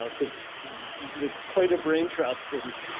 ah because it's quite a brain trust, and